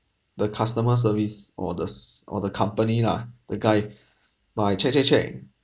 the customer service or the s~ or the company lah the guy but I check check check